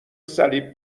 صلیب